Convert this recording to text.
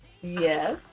Yes